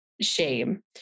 shame